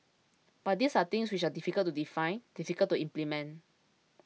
but these are things which are difficult to define difficult to implement